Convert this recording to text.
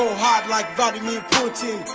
hard like vladimir putin.